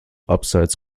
abseits